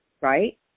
right